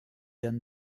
dann